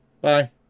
Bye